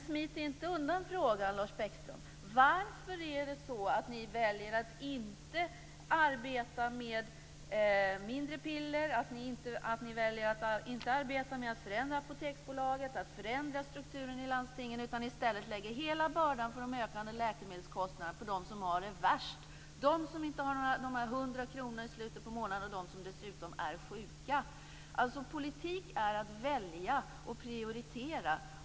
Smit inte undan frågan, Lars Bäckström: Varför väljer ni att inte arbeta med mindre piller och att inte förändra Apoteksbolaget och strukturen i landstinget? I stället lägger ni hela bördan av de ökade läkemedelskostnaderna på dem som har det värst. Det är de som inte har 100 kr i slutet på månaden och dessutom är sjuka. Politik är att välja och prioritera.